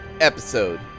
episode